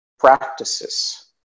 practices